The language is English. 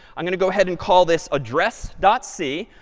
i'm going to go ahead and call this address dot c,